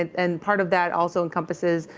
and part of that also encompasses,